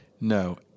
No